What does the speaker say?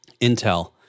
Intel